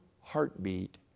heartbeat